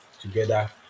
together